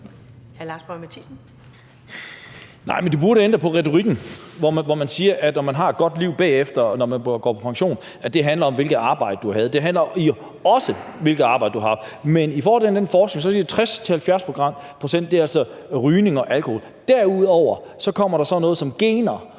det burde ændre på retorikken, hvor det bliver sagt, at når man har et godt liv bagefter, når man går på pension, så handler det om, hvilket arbejde man havde. Det handler også om, hvilket arbejde man har haft, men i forhold til den her forskning er 60 til 70 pct. altså på grund af rygning og alkohol. Derudover kommer der sådan noget som gener